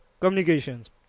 Communications